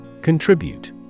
Contribute